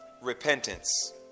repentance